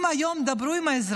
אם תדברו היום עם האזרחים,